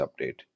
update